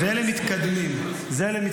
זה למתקדמים, זה לסמוטריץ'.